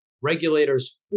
regulators